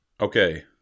okay